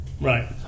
Right